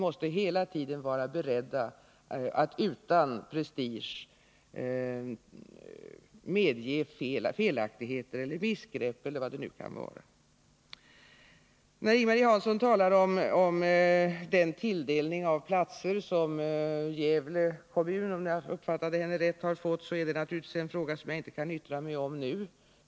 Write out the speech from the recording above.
Vi måste hela tiden vara beredda att utan prestige medge felaktigheter, missgrepp eller vad det nu kan vara. Ing-Marie Hansson talar om den tilldelning av platser som Gävle kommun, om jag uppfattade henne rätt, har fått. Det är naturligtvis en fråga som jag inte kan yttra mig om nu.